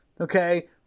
okay